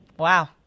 Wow